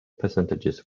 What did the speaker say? percentages